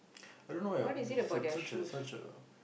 I don't know eh such a such a